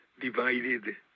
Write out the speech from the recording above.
divided